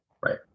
right